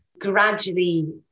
gradually